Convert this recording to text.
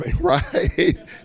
right